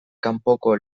kanpoko